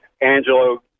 Angelo